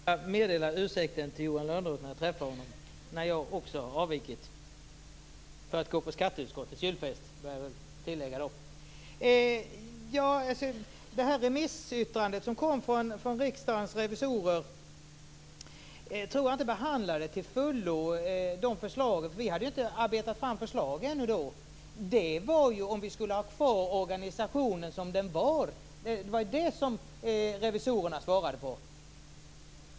Herr talman! Jag skall meddela Johan Lönnroth det Lisbet Calner har sagt när jag träffar honom efter det att jag också har avvikit, för att gå på skatteutskottets julfest får jag väl tillägga. Det remissyttrande som kom från Riksdagens revisorer tror jag inte till fullo behandlade de förslagen. Vi hade då ännu inte arbetat fram förslag. Frågan var ju om vi skulle ha kvar organisationen som den var. Det var det revisorerna svarade på.